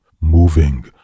moving